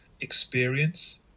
experience